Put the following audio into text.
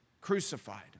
crucified